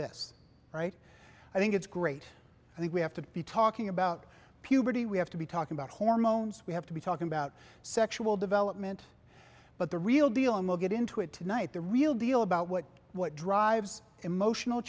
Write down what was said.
this right i think it's great i think we have to be talking about puberty we have to be talking about hormones we have to be talking about sexual development but the real deal most get into it tonight the real deal about what what drives emotional